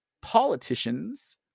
politicians